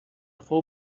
fou